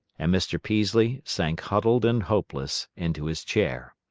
and mr. peaslee sank huddled and hopeless into his chair.